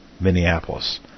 Minneapolis